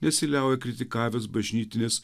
nesiliauja kritikavęs bažnytinės